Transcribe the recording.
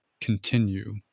continue